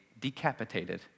decapitated